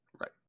Right